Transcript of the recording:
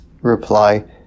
reply